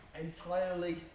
entirely